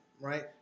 right